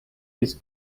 his